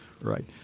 Right